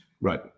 Right